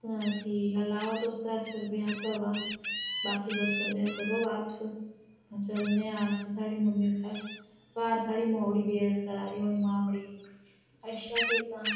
तां ठीक ऐ लैओ तुस त्रै सौ रपेआ भ्रावा बाकी दो सौ रपेआ करो बापस ते चलने अस साढ़ी मम्मी उत्थैं घर साढ़ी मौड़ी वेट करा दी होनी मामड़ी अच्छा फ्ही तां